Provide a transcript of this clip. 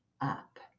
up